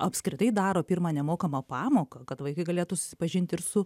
apskritai daro pirmą nemokamą pamoką kad vaikai galėtų susipažinti ir su